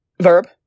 Verb